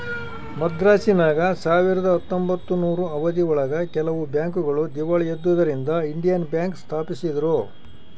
ಮದ್ರಾಸಿನಾಗ ಸಾವಿರದ ಹತ್ತೊಂಬತ್ತನೂರು ಅವಧಿ ಒಳಗ ಕೆಲವು ಬ್ಯಾಂಕ್ ಗಳು ದೀವಾಳಿ ಎದ್ದುದರಿಂದ ಇಂಡಿಯನ್ ಬ್ಯಾಂಕ್ ಸ್ಪಾಪಿಸಿದ್ರು